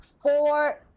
four